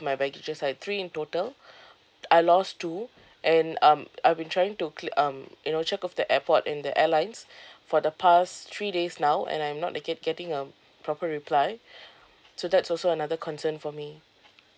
my baggages I had three in total I lost two and um I've been trying to cla~ um you know check with the airport and the airlines for the past three days now and I'm not get~ getting a proper reply so that's also another concern for me